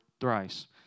thrice